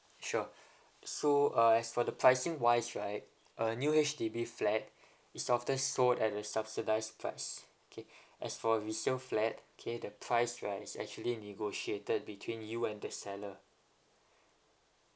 sure so uh as for the pricing wise right a new H_D_B flat is often sold at the subsidised price okay as for resale flat okay the price right is actually negotiated between you and the seller